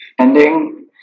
ending